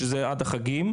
שזה עד החגים,